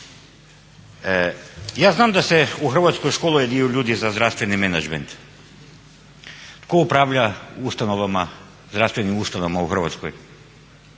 Ja znam da se u Hrvatskoj školuje dio ljudi za zdravstveni menadžment. Ko upravlja ustanovama, zdravstvenim ustanovama u Hrvatskoj?